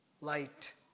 Light